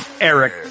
Eric